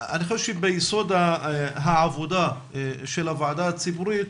חושב שביסוד העבודה של הוועדה הציבורית,